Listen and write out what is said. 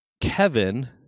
Kevin